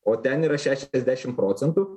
o ten yra šešiasdešim procentų